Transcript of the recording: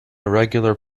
irregular